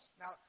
Now